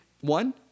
one